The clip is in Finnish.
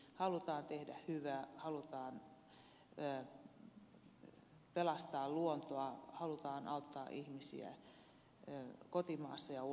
halutaan tehdä hyvää halutaan pelastaa luontoa halutaan auttaa ihmisiä kotimaassa ja ulkomailla